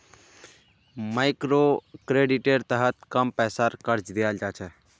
मइक्रोक्रेडिटेर तहत कम पैसार कर्ज दियाल जा छे